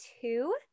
two